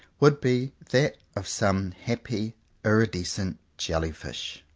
would be that of some happy iridescent jelly-fish,